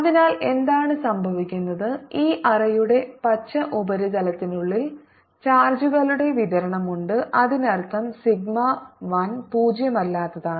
അതിനാൽ എന്താണ് സംഭവിക്കുന്നത് ഈ അറയുടെ പച്ച ഉപരിതലത്തിനുള്ളിൽ അറയുടെ ഉപരിതലത്തിൽ ചാർജ് പോസിറ്റീവ് നെഗറ്റീവ് ചാർജുകളുടെ വിതരണമുണ്ട് അതിനർത്ഥം സിഗ്മ 1 പൂജ്യമല്ലാത്തതാണ്